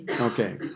Okay